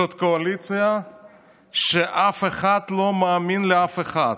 זאת קואליציה שבה אף אחד לא מאמין לאף אחד,